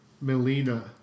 Melina